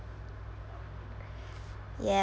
ya